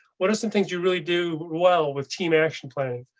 what are some things you really do well with? team action planning?